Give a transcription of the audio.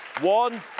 one